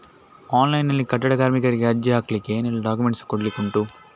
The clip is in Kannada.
ಆನ್ಲೈನ್ ನಲ್ಲಿ ಕಟ್ಟಡ ಕಾರ್ಮಿಕರಿಗೆ ಅರ್ಜಿ ಹಾಕ್ಲಿಕ್ಕೆ ಏನೆಲ್ಲಾ ಡಾಕ್ಯುಮೆಂಟ್ಸ್ ಕೊಡ್ಲಿಕುಂಟು?